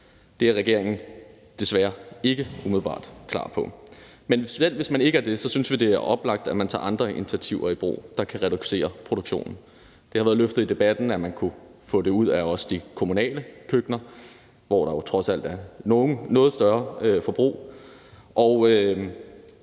Det er regeringen desværre ikke umiddelbart klar til. Men selv hvis man ikke er det, synes vi, det er oplagt, at man tager andre initiativer i brug, der kan reducere produktionen. Det har været rejst i debatten, at man også kunne få det ud af de kommunale køkkener, hvor der jo trods alt er et noget større forbrug.